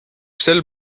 sel